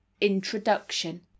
Introduction